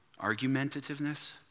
Argumentativeness